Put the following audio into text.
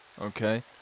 okay